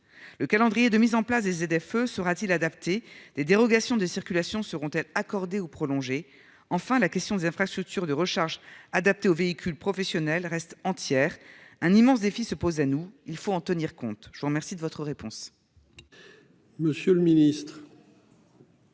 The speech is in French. Le calendrier de mise en place des ZFE sera-t-il adapté ? Des dérogations de circulation seront-elles accordées ou prolongées ? Enfin, la question des infrastructures de recharge adaptées aux véhicules professionnels reste entière. Un immense défi se pose à nous dont il faut tenir compte. La parole est à M.